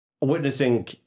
witnessing